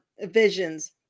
visions